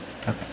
Okay